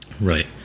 Right